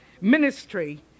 ministry